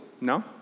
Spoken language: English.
No